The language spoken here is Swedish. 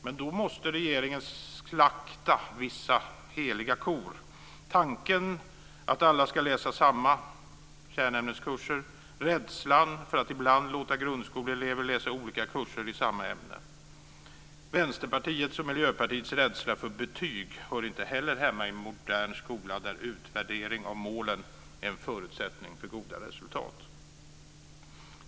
Men då måste regeringen slakta vissa heliga kor; tanken att alla ska läsa samma kärnämneskurser och rädslan för att ibland låta grundskoleelever läsa olika kurser i samma ämne. Vänsterpartiets och Miljöpartiets rädsla för betyg hör inte heller hemma i en modern skola, där utvärdering av målen är en förutsättning för goda resultat.